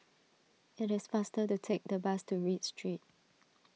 it is faster to take the bus to Read Street